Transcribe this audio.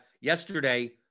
yesterday